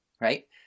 right